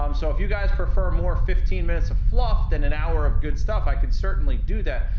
um so, if you guys prefer more fifteen minutes of fluff than an hour of good stuff, i could certainly do that.